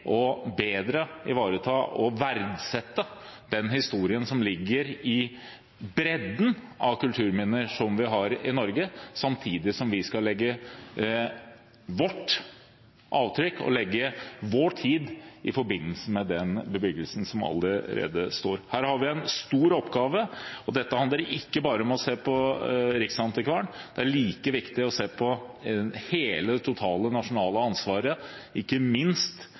ved bedre å ivareta og verdsette den historien som ligger i bredden av kulturminner som vi har i Norge, samtidig som vi skal sette vårt avtrykk og se vår tid i forbindelse med den bebyggelsen som allerede står der. Her har vi en stor oppgave. Dette handler ikke bare om å se til Riksantikvaren. Det er like viktig å se på hele det nasjonale ansvaret, ikke minst